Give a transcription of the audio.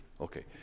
Okay